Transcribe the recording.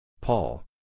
Paul